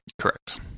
Correct